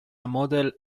model